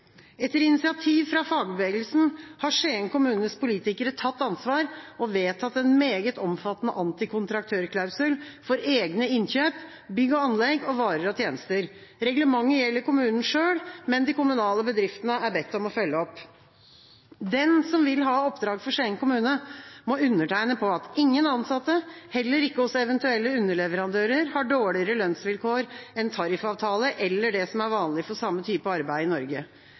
Etter initiativ fra fagbevegelsen har Skien kommunes politikere tatt ansvar og vedtatt en meget omfattende antikontraktørklausul for egne innkjøp – bygg og anlegg og varer og tjenester. Reglementet gjelder kommunen selv, men de kommunale bedriftene er bedt om å følge opp. Den som vil ha oppdrag for Skien kommune, må undertegne på at ingen ansatte, heller ikke hos eventuelle underleverandører, har dårligere lønnsvilkår enn tariffavtale eller det som er vanlig for samme type arbeid i Norge.